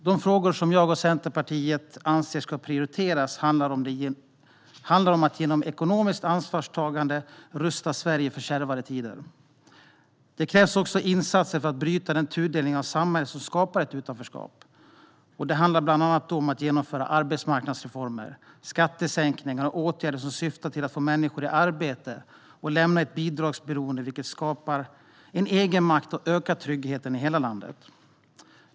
De frågor som jag och Centerpartiet anser ska prioriteras handlar om att genom ekonomiskt ansvarstagande rusta Sverige för kärvare tider. Det krävs också insatser för att bryta den tudelning av samhället som skapar ett utanförskap. Det handlar då bland annat om att genomföra arbetsmarknadsreformer, skattesänkningar och åtgärder som syftar till att få människor i arbete och lämna ett bidragsberoende, vilket skapar en egenmakt och ökar tryggheten i hela landet.